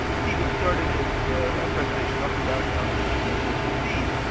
um steven started his presentation talking about the the fees.